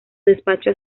despacho